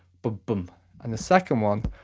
but boom-boom. and the second one,